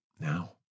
now